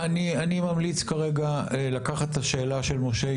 אני ממליץ כרגע לקחת את השאלה של משה.